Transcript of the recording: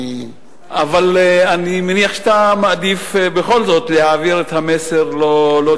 אבל אני מניח שאתה מעדיף בכל זאת להעביר את המסר לא דרך,